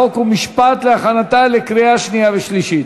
חוק ומשפט להכנתה לקריאה שנייה ושלישית.